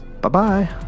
Bye-bye